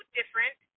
different